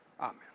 Amen